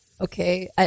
Okay